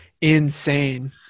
insane